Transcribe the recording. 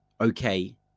okay